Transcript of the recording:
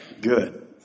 Good